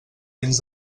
dins